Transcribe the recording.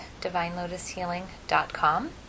divinelotushealing.com